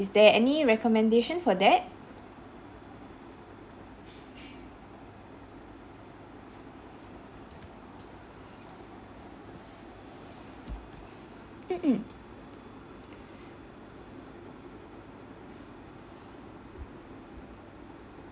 is there any recommendation for that mmhmm